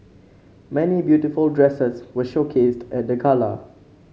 many beautiful dresses were showcased at the gala